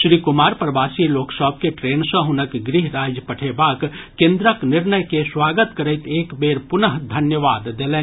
श्री कुमार प्रवासी लोक सभ के ट्रेन सॅ हुनक गृह राज्य पठेबाक केन्द्रक निर्णय के स्वागत करैत एक बेर पुनः धन्यवाद देलनि